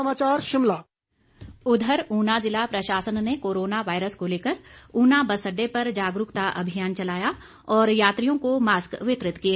mask उधर ऊना जिला प्रशासन ने कोरोना वायरस को लेकर ऊना बस अड़डे पर जागरूकता अभियान चलाया और यात्रियों को मास्क वितरित किए